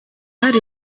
hari